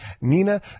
Nina